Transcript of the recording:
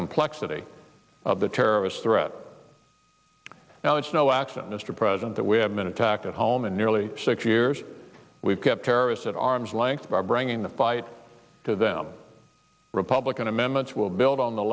complexity of the terrorist threat now it's no accident mr president that we have been attacked at home in nearly six years we've kept terrorists at arm's length by bringing the fight to them republican amendments will build on the